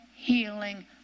healing